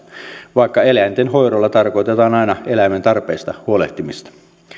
vaikka eläintenhoidolla tarkoitetaan aina eläimen tarpeista huolehtimista